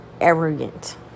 arrogant